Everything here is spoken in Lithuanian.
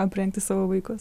aprengti savo vaikus